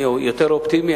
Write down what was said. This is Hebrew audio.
אני יותר אופטימי,